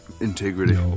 Integrity